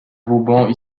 vauban